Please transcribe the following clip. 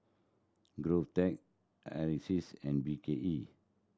GovTech Acres and B K E